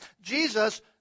Jesus